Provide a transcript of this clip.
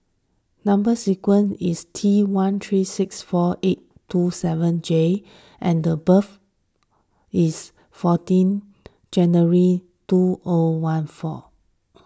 Number Sequence is T one three six four eight two seven J and the birth is fourteen January two O one four